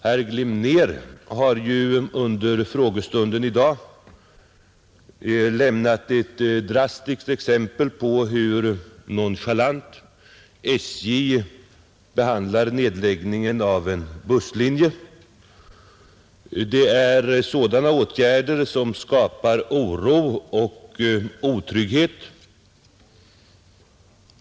Herr Glimnér har ju under frågestunden i dag lämnat ett drastiskt exempel på hur nonchalant SJ behandlar nedläggningen av en busslinje. Det är sådana åtgärder som skapar oro och otrygghet.